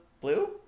blue